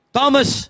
Thomas